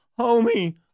homie